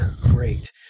great